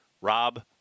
Rob